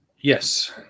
Yes